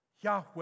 Yahweh